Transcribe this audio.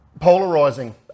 Polarizing